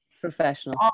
Professional